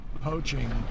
Poaching